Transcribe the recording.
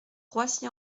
roissy